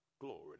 Glory